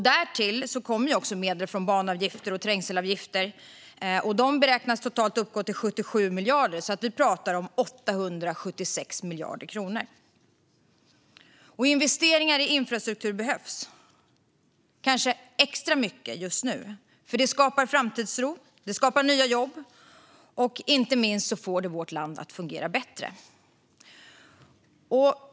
Därtill kommer medel från banavgifter och trängselavgifter. De beräknas totalt uppgå till 77 miljarder, så vi pratar om 876 miljarder kronor. Investeringar i infrastruktur behövs, och de behövs kanske extra mycket just nu. De skapar framtidstro och nya jobb, och inte minst får de vårt land att fungera bättre.